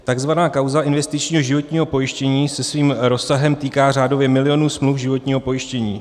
Takzvaná kauza investičního životního pojištění se svým rozsahem týká řádově milionů smluv životního pojištění.